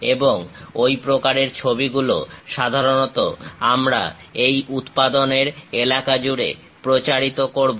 এবং ওই প্রকারের ছবি গুলো সাধারণত আমরা এই উৎপাদনের এলাকা জুড়ে প্রচারিত করবো